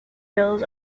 bills